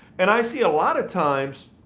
and i see a lot of times